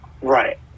Right